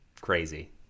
crazy